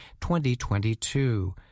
2022